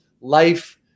life